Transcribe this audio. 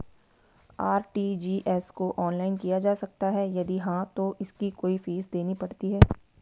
RTGS को online किया जा सकता है यदि हाँ तो इसकी कोई फीस देनी पड़ती है?